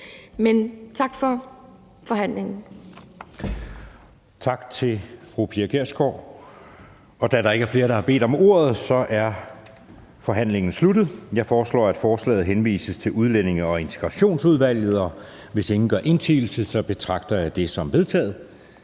Anden næstformand (Jeppe Søe): Tak til fru Pia Kjærsgaard. Da der ikke er flere, der har bedt om ordet, er forhandlingen sluttet. Jeg foreslår, at forslaget til folketingsbeslutning henvises til Udlændinge- og Integrationsudvalget. Hvis ingen gør indsigelse, betragter jeg det som vedtaget.